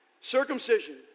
circumcision